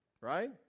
Right